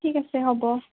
ঠিক আছে হ'ব